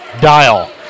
dial